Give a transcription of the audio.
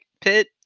Pit